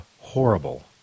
horrible